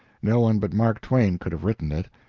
no one but mark twain could have written it.